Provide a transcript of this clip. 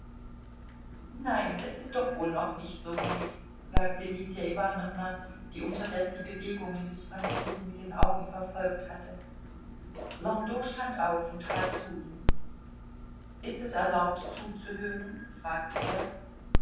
nein es ist doch wohl noch nicht soweit sagte lydia iwanowna die unterdes die bewegungen des franzosen mit den augen verfolgt hatte landau stand auf und trat zu ihnen ist es erlaubt zuzuhören fragte er